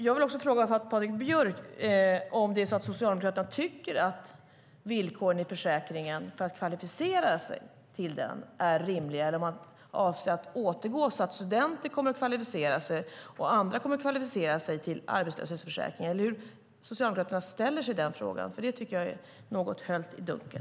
Jag vill fråga Patrik Björck om Socialdemokraterna tycker att villkoren för att kvalificera sig till försäkringen är rimliga eller om de avser att återgå till det som var tidigare så att studenter och andra kommer att kvalificera sig till arbetslöshetsförsäkringen. Hur ställer sig Socialdemokraterna i den frågan? Det tycker jag är höljt i dunkel.